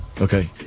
Okay